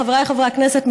חבריי חברי הכנסת,